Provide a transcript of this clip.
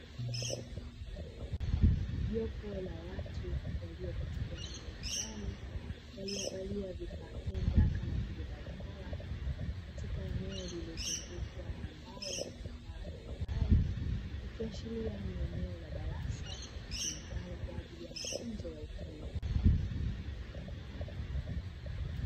jopo la watu walio katika eneo la ndani waliovalia vifaa kinga kama vile barakoa katika eneo lilozungukwa na mbao na vifaa mbalimbali ikiashiria ni eneo la darasa litumikalo kwa ajili ya mafunzo ya ufundi.